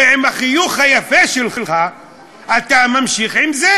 ועם החיוך היפה שלך אתה ממשיך עם זה.